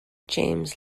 james